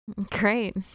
Great